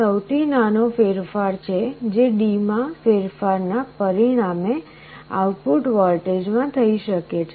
આ સૌથી નાનો ફેરફાર છે જે D માં ફેરફારના પરિણામે આઉટપુટ વોલ્ટેજમાં થઇ શકે છે